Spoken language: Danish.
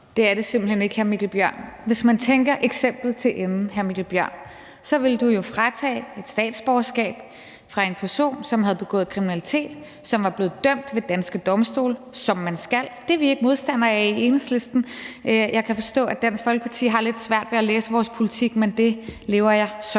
Det er det simpelt hen ikke, hr. Mikkel Bjørn. Hvis man tænker eksemplet til ende, hr. Mikkel Bjørn, så ville du jo fratage en person, som havde begået kriminalitet, og som var blevet dømt ved danske domstole, som man skal, statsborgerskab. Jeg kan forstå, at Dansk Folkeparti har lidt svært ved at læse vores politik, men det lever jeg så fint